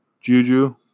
Juju